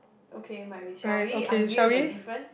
okay my wish shall we unveil the difference